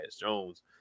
Jones